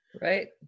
Right